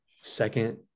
second